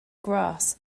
grass